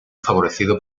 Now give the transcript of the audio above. favorecido